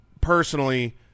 Personally –